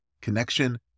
Connection